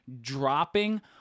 dropping